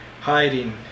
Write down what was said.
hiding